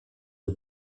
who